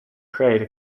create